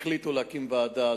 החליטו להקים ועדה.